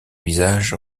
visage